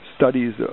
studies